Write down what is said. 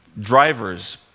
drivers